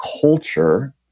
culture